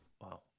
Wow